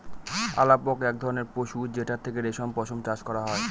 আলাপক এক ধরনের পশু যেটার থেকে রেশম পশম চাষ করা হয়